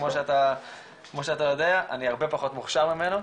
כמו שאתה יודע, אני הרבה פחות מוכשר ממנו.